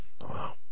Wow